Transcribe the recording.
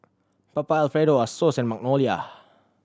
Papa Alfredo Asos and Magnolia